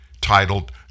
titled